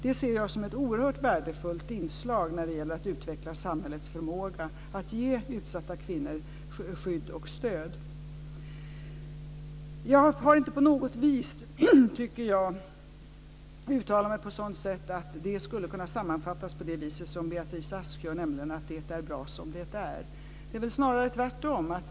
Det ser jag som ett oerhört värdefullt inslag när det gäller att utveckla samhällets förmåga att ge utsatta kvinnor skydd och stöd. Jag har inte på något vis, tycker jag, uttalat mig på ett sådant sätt att det skulle kunna sammanfattas på det viset som Beatrice Ask gör, nämligen att det är bra som det är. Det är väl snarare tvärtom.